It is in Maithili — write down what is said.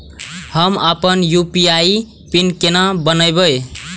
हम अपन यू.पी.आई पिन केना बनैब?